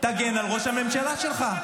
תגן על ראש הממשלה שלך.